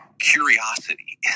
Curiosity